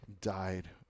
died